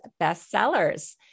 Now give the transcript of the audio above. bestsellers